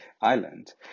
island